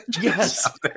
Yes